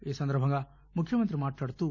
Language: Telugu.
ఈ సందర్భంగా ముఖ్యమంత్రి మాట్లాడుతూ